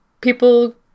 people